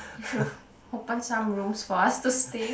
should've open some rooms for us to stay